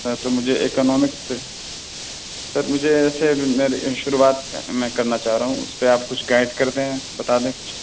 تو مجھے اکنامکس پہ سر مجھے ایسے شروعات میں کرنا چاہ رہا ہوں اس پہ آپ کچھ گائڈ کردیں بتادیں کچھ